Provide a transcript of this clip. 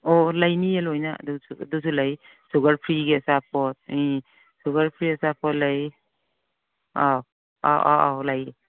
ꯑꯣ ꯂꯩꯅꯤꯌꯦ ꯂꯣꯏꯅ ꯑꯗꯨꯁꯨ ꯑꯗꯨꯁꯨ ꯂꯩ ꯁꯨꯒꯔ ꯐ꯭ꯔꯤꯒꯤ ꯑꯆꯥꯄꯣꯠ ꯎꯝ ꯁꯨꯒꯔ ꯐ꯭ꯔꯤ ꯑꯆꯥꯄꯣꯠ ꯂꯩ ꯑꯥꯎ ꯑꯥꯎ ꯑꯥꯎ ꯑꯥꯎ ꯂꯩ